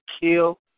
kill